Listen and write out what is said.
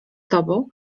tobą